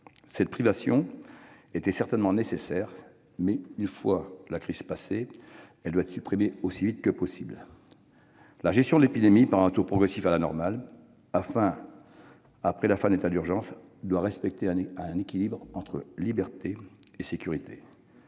Cette privation de libertés était certainement nécessaire, mais, une fois la crise passée, elle doit être levée aussi vite que possible. La gestion de l'épidémie par un retour progressif à la normale après la fin de l'état d'urgence sanitaire doit respecter un équilibre entre liberté et sécurité.